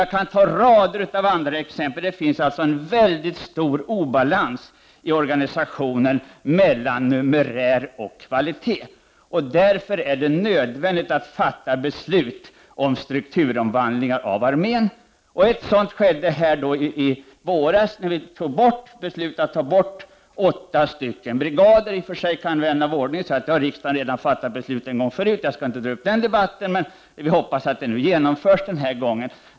Jag skulle kunna ta en mängd andra exempel. Det finns alltså en mycket stor obalans i organisationen mellan numerär och kvalitet. Därför är det nödvändigt att fatta beslut om strukturomvandlingar inom armén. I våras beslöt vi alltså att ta bort åtta brigader. I och för sig kan vän av ordning säga att riksdagen redan har fattat beslut. Jag skall inte dra upp någon debatt om detta, men jag hoppas att det hela genomförs den här gången.